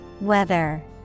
Weather